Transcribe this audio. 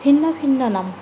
ভিন্ন ভিন্ন নাম